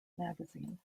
magazine